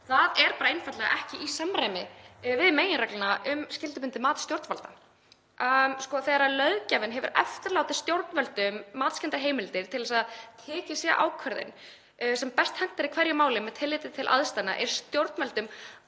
Það er bara einfaldlega ekki í samræmi við meginregluna um skyldubundið mat stjórnvalda. Þegar löggjafinn hefur eftirlátið stjórnvöldum matskenndar heimildir til að tekin sé ákvörðun sem best hentar í hverju máli með tilliti til aðstæðna er stjórnvöldum